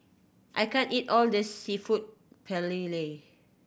I can't eat all of this Seafood Paella